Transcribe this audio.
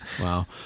Wow